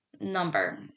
number